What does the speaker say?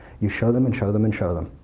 you show them, and show them, and show them.